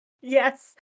Yes